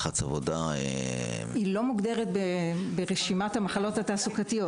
היא לא מוגדרת ברשימת המחלות התעסוקתיות.